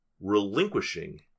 relinquishing